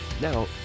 Now